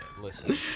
listen